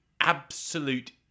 absolute